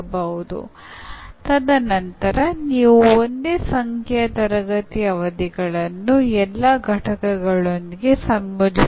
ಕಲಿಕೆಯು ಈ ಕ್ಷೇತ್ರಗಳಿಗೆ ಯಾವುದೇ ವ್ಯತ್ಯಾಸವನ್ನು ಮಾಡದಿದ್ದರೆ ಇದರರ್ಥ ಕಲಿಕೆ ನಡೆದಿಲ್ಲ